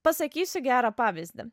pasakysiu gerą pavyzdį